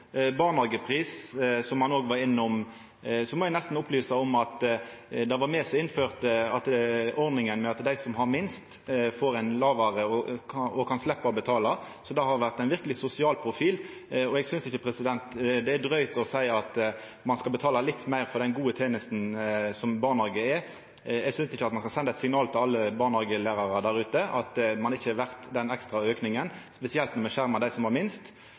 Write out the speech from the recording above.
barnehagepris, som ein òg var innom, må eg nesten opplysa om at det var me som innførte ordninga med at dei som har minst, får ein lågare pris og kan sleppa å betala, så det har vore ein verkeleg sosial profil. Eg synest ikkje det er drygt å seia at ein skal betala litt meir for den gode tenesta som barnehage er. Eg synest ikkje ein skal senda eit signal til alle barnehagelærarar der ute om at ein ikkje er verd den ekstra auken, spesielt når me har skjerma dei som har minst.